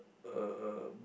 a a